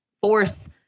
force